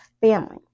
family